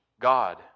God